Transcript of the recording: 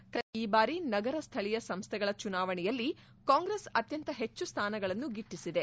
ಕರ್ನಾಟಕದಲ್ಲಿ ಈ ಬಾರಿ ನಗರ ಸ್ವಳೀಯ ಸಂಸ್ಟೆಗಳ ಚುನಾವಣೆಯಲ್ಲಿ ಕಾಂಗ್ರೆಸ್ ಅತ್ಯಂತ ಹೆಚ್ಚು ಸ್ವಾನಗಳನ್ನು ಗಿಟ್ಟಿಸಿದೆ